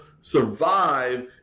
survive